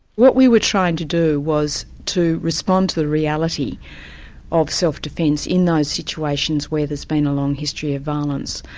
what we were trying to do was to respond to the reality of self-defence in those situations where there's been a long history of violence.